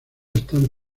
están